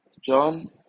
John